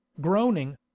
Groaning